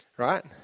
right